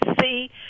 see